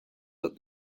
that